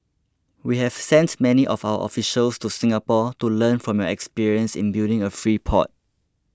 we have sent many of our officials to Singapore to learn from your experience in building a free port